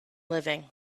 living